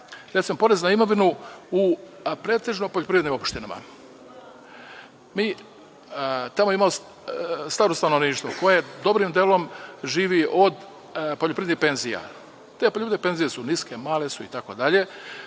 recimo, porez na imovinu u pretežno poljoprivrednim opštinama. Tamo imamo staro stanovništvo koje dobrim delom živi od poljoprivrednih penzija. Te penzije su niske, male, itd.